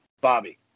Bobby